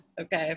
Okay